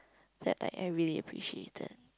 that like I really appreciated